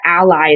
allies